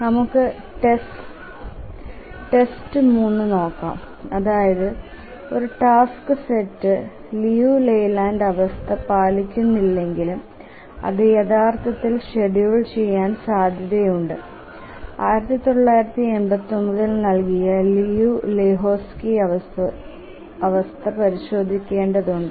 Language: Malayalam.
1 1 നമുക്ക് ടെസ്റ്റ് 3 നോക്കാം അതായത് ഒരു ടാസ്ക് സെറ്റ് ലിയു ലെയ്ലാൻഡ് അവസ്ഥ പാലിക്കുന്നില്ലെങ്കിലും അത് യഥാർത്ഥത്തിൽ ഷെഡ്യൂൾ ചെയ്യാൻ സാധ്യതയുണ്ട് 1989 ൽ നൽകിയ ലിയു ലെഹോസ്കി അവസ്ഥ പരിശോധിക്കേണ്ടതുണ്ട്